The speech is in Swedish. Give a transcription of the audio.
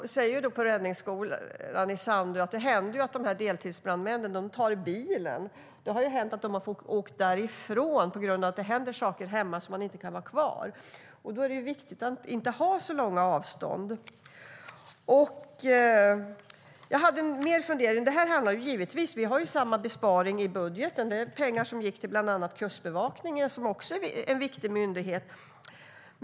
På räddningsskolan i Sandö säger man att det händer att deltidsbrandmännen är tvungna att ta bilen och åka därifrån på grund av det händer saker på hemorten. Då är det viktigt att avstånden inte är så långa. Jag har ytterligare en fundering. Vi har samma besparing i budgeten. Det var pengar som gick till bland annat Kustbevakningen, som också är en viktig myndighet.